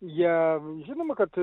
jie žinoma kad